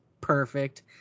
Perfect